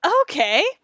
Okay